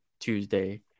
Tuesday